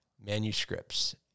manuscripts